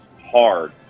hard